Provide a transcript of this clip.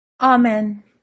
Amen